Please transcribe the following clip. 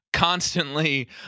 constantly